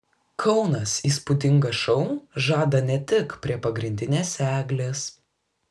kaunas įspūdingą šou žada ne tik prie pagrindinės eglės